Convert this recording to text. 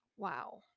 wow